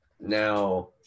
now